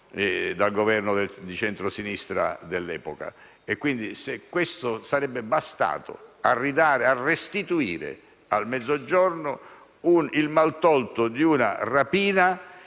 dal Governo di centrosinistra dell'epoca. Questo sarebbe bastato a restituire al Mezzogiorno il maltolto di una rapina